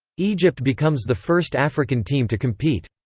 egypt becomes the first african team to compete.